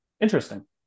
Interesting